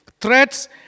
Threats